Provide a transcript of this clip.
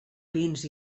pins